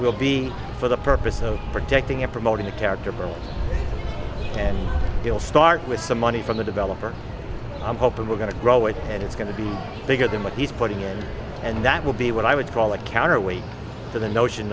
will be for the purpose of protecting and promoting the character bill and we'll start with some money from the developer i'm hoping we're going to grow it and it's going to be bigger than what he's putting in and that will be what i would call a counterweight to the notion